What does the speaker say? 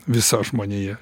visa žmonija